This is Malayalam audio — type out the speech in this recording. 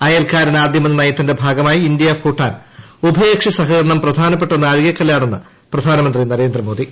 അയൽക്കാരൻ ആദ്യമെന്ന നയത്തിന്റെ ഭാഗമായി ഇന്ത്യ ഭൂട്ടാൻ ഉഭയകക്ഷി സഹകരണം പ്രധാനപ്പെട്ട നാഴികക്കല്ലാണെന്ന് പ്രധാനമന്ത്രി നരേന്ദ്രമോദി